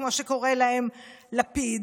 כמו שקורא להם לפיד,